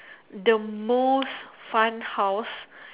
the most fun house